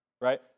right